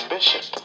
Bishop